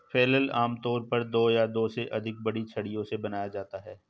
flail आमतौर पर दो या दो से अधिक बड़ी छड़ियों से बनाया जाता है